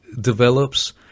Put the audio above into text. develops